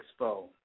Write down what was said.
Expo